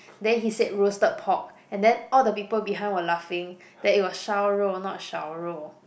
then he say roasted pork and then all the people behind were laughing that it was 烧肉 not 少肉